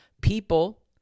people